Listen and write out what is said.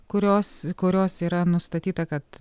kurios kurios yra nustatyta kad